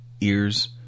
ears